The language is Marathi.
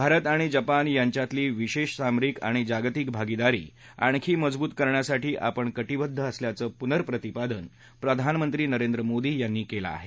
भारत आणि जपान यांच्यातली विशेष सामरिक आणि जागतिक भागिदारी आणखी मजबूत करण्यासाठी आपण कटिबद्ध असल्याचं पुनर्प्रतिपादन प्रधानमंत्री नरेंद्र मोदी यांनी केलं आहे